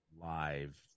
live